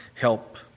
help